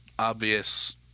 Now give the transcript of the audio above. Obvious